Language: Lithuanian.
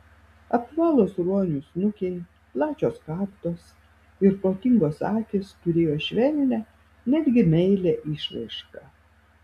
apvalūs ruonių snukiai plačios kaktos ir protingos akys turėjo švelnią netgi meilią išraišką